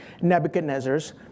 Nebuchadnezzar's